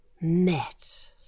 met